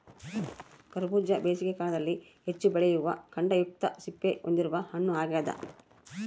ಕರಬೂಜ ಬೇಸಿಗೆ ಕಾಲದಲ್ಲಿ ಹೆಚ್ಚು ಬೆಳೆಯುವ ಖಂಡಯುಕ್ತವಾದ ಸಿಪ್ಪೆ ಹೊಂದಿರುವ ಹಣ್ಣು ಆಗ್ಯದ